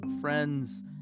friends